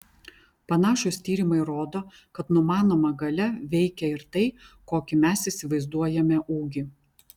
panašūs tyrimai rodo kad numanoma galia veikia ir tai kokį mes įsivaizduojame ūgį